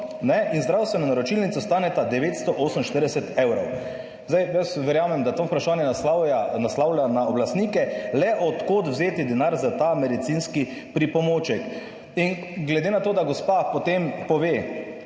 in zdravstveno naročilnico staneta 948 evrov.« Jaz verjamem, da to vprašanje naslavlja na oblastnike: »Le od kod vzeti denar za ta medicinski pripomoček?« In glede na to, da gospa potem pove: